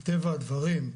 מטבע הדברים,